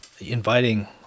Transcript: inviting